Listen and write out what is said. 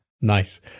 Nice